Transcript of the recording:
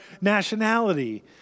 nationality